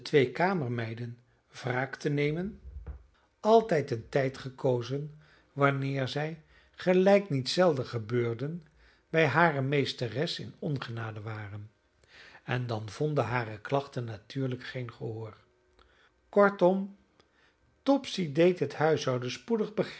twee kamermeiden wraak te nemen altijd een tijd gekozen wanneer zij gelijk niet zelden gebeurde bij hare meesteres in ongenade waren en dan vonden hare klachten natuurlijk geen gehoor kortom topsy deed het huishouden spoedig